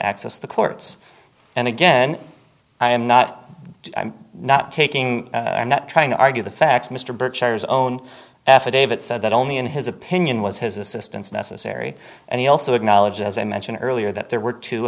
access the courts and again i am not i'm not taking i'm not trying to argue the facts mr birchers own affidavit said that only in his opinion was his assistants necessary and he also acknowledged as i mentioned earlier that there were two